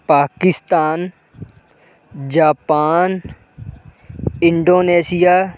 Pakistan Japan Indonesia